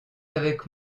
avec